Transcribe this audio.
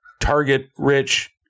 target-rich